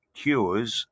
cures